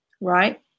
Right